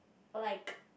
or like